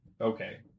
Okay